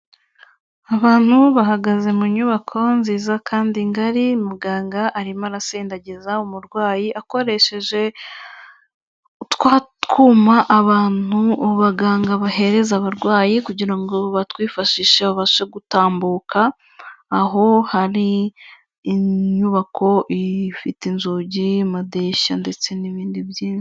Abantu bahagaze mu nyubako nziza kandi ngari. Muganga arimo arasindagiza umurwayi akoresheje twa twuma abantu, abaganga bahereza abarwayi kugira ngo batwifashishe babashe gutambuka, aho hari inyubako ifite inzugi, amadirishya ndetse n'ibindi byinshi.